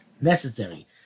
necessary